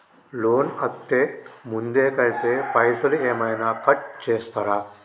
Loan అత్తే ముందే కడితే పైసలు ఏమైనా కట్ చేస్తరా?